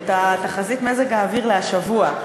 את תחזית מזג האוויר להשבוע.